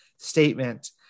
Statement